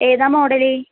ഏതാണ് മോഡൽ